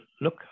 look